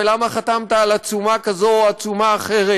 ולמה חתמת על עצומה כזאת או עצומה אחרת.